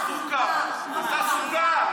סוכר.